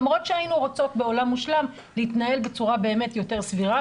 למרות שהיינו רוצות בעולם מושלם להתנהל באמת בצורה יותר סבירה,